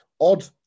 odd